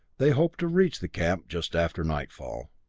they hoped to reach the camp just after nightfall.